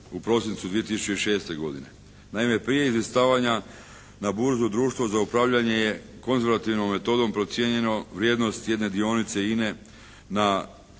u prosincu 2006. godine. Naime prije izlistavanja na burzu Društvo za upravljanje je konzervativnom metodom procijenjeno vrijednost jedne dionice INA-e na